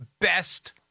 best